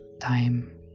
time